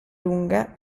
lunga